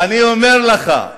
אני אומר לך,